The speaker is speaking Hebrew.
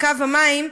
בקו המים,